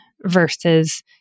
versus